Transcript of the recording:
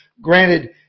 granted